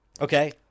Okay